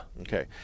okay